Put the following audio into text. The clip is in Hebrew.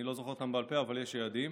אני לא זוכר אותם בעל פה אבל יש יעדים.